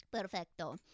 Perfecto